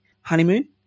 honeymoon